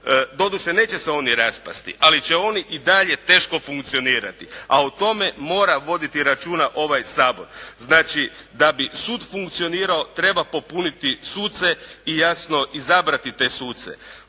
Doduše, neće se oni raspasti, ali će oni i dalje teško funkcionirati, a o tome mora voditi računa ovaj Sabor. Znači, da bi sud funkcionirao treba popuniti suce i jasno izabrati te suce.